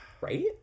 Right